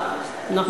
חבר הכנסת אבו עראר,